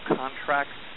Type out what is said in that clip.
contracts